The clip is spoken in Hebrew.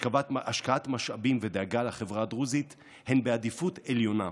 השקעת משאבים ודאגה לחברה הדרוזית הן בעדיפות עליונה.